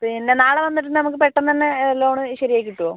പിന്നേ നാളെ വന്നിട്ടുണ്ടെങ്കിൽ നമുക്ക് പെട്ടെന്ന് തന്നെ ലോണ് ശരിയാക്കി കിട്ടുമോ